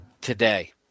today